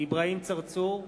אברהים צרצור,